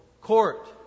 court